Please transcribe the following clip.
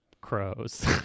crows